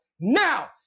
now